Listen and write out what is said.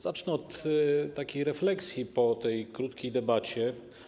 Zacznę od takiej refleksji po tej krótkiej debacie.